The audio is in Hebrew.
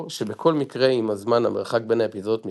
שבכל מקרה עם הזמן המרחק בין האפיזודות מתקצר,